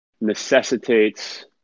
necessitates